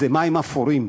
זה מים אפורים.